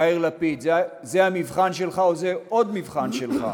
יאיר לפיד, זה המבחן שלך, או זה עוד מבחן שלך.